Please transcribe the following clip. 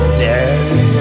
daddy